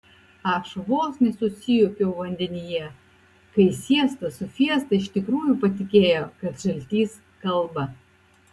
aš vos nesusijuokiau vandenyje kai siesta su fiesta iš tikrųjų patikėjo kad žaltys kalba